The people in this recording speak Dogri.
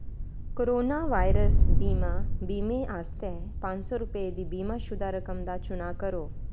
कोरोना वायरस बीमा बीमे आस्तै पंज सौ रपे दी बीमा शुदा रकम दा चुनाऽ करो